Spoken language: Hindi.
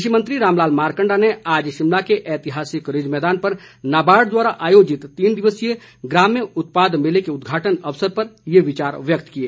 कृषि मंत्री रामलाल मारकंडा ने आज शिमला के ऐतिहासिक रिज मैदान पर नाबार्ड द्वारा आयोजित तीन दिवसीय ग्रम्य उत्पाद मेले के उदघाटन अवसर पर ये विचार व्यक्त किए